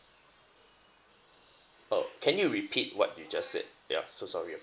uh can you repeat what you just said yeah so sorry about it